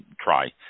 try